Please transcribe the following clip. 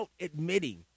admitting